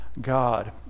God